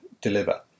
deliver